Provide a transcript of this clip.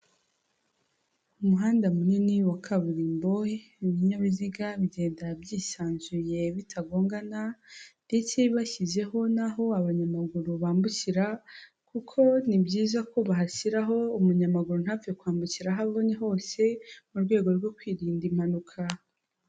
Umuhanda munini wa kaburimbo, ibinyabiziga bigenda byisanzuye bitagongana ndetse bashyizeho n'aho abanyamaguru bambukira, kuko ni byiza ko bahashyiraho umunyamaguru ntapfe kwambukira aho abonye hose mu rwego rwo kwirinda impanuka.